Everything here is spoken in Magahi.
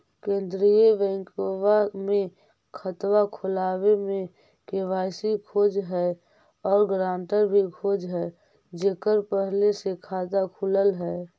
केंद्रीय बैंकवा मे खतवा खोलावे मे के.वाई.सी खोज है और ग्रांटर भी खोज है जेकर पहले से खाता खुलल है?